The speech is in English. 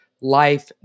life